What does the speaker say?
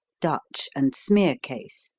dutch and smearcase.